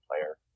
player